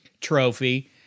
Trophy